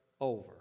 over